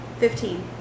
Fifteen